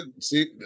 See